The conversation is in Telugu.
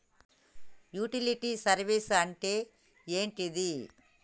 యుటిలిటీ సర్వీస్ అంటే ఏంటిది?